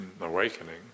awakening